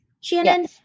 Shannon